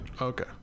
Okay